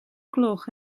gloch